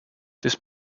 this